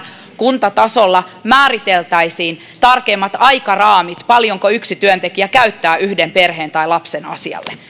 kuntatasolla määriteltäisiin tarkemmat aikaraamit paljonko yksi työntekijä käyttää yhden perheen tai lapsen asialle